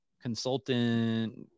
consultant